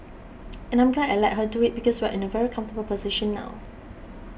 and I'm glad I let her do it because we're in a very comfortable position now